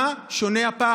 מה שונה הפעם?